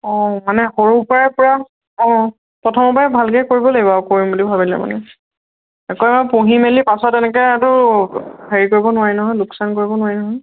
অঁ মানে সৰুৰ পৰাই পুৰা অঁ প্ৰথমৰ পৰাই ভালকৈ কৰিব লাগিব আৰু কৰিম বুলি ভাবিলে আকৌ এবাৰ পঢ়ি মেলি পাছত এনেকে এইটো হেৰি কৰিব নোৱাৰি নহয় লোকচান কৰিব নোৱাৰি নহয়